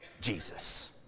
Jesus